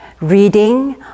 reading